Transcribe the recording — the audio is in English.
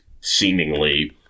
seemingly